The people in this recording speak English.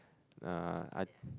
uh I